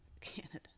Canada